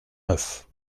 neuf